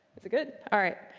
is it good? alright.